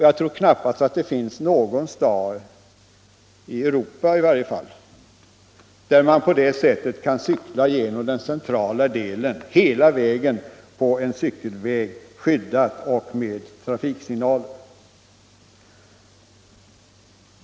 Jag tror knappast att det finns någon stad, i varje fall i Europa, där man på det sättet kan cykla genom det centrala området, hela vägen på en skyddad cykelväg med trafiksignaler.